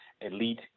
elite